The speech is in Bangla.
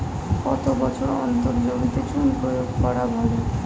কত বছর অন্তর জমিতে চুন প্রয়োগ করা ভালো?